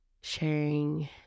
sharing